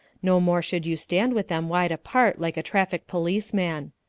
no more should you stand with them wide apart like a traffic policeman.